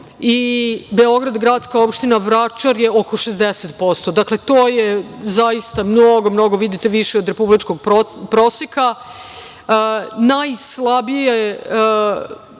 i Beograd - gradska opština Vračar oko 60%. Dakle, to je zaista mnogo, mnogo više od republičkog proseka. Najslabija